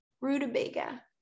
rutabaga